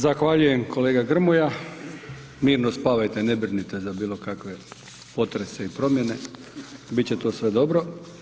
Zahvaljujem kolega Grmoja, mirno spavajte, ne brinite za bilo kakve potrebe i promjene, biti će to sve dobro.